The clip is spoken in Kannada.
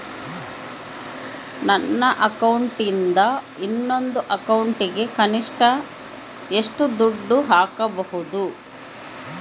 ನನ್ನ ಅಕೌಂಟಿಂದ ಇನ್ನೊಂದು ಅಕೌಂಟಿಗೆ ಕನಿಷ್ಟ ಎಷ್ಟು ದುಡ್ಡು ಹಾಕಬಹುದು?